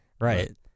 Right